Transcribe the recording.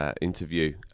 interview